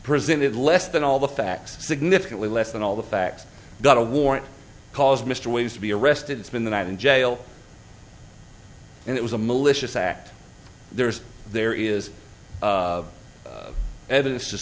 presented less than all the facts significantly less than all the facts got a warrant because mr ways to be arrested spend the night in jail and it was a malicious act there's there is evidence to